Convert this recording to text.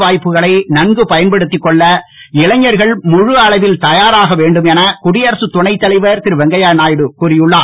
வாய்ப்புக்களை நன்கு பயன்படுத்திக் கொள்ள இளைஞர்கள் முழு அளவில் தயாராக வேண்டும் என குடியரசு துணைத் தலைவர் திரு வெங்கைய நாயுடு கூறி உள்ளார்